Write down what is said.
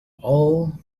all